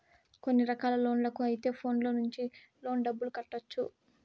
కొన్ని రకాల లోన్లకు అయితే ఫోన్లో నుంచి లోన్ డబ్బులు కట్టొచ్చు